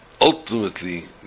ultimately